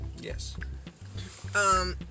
Yes